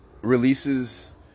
releases